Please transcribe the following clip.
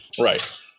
right